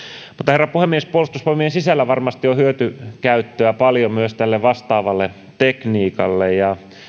herra puhemies myös puolustusvoimien sisällä varmasti on hyötykäyttöä paljon tälle vastaavalle tekniikalle ja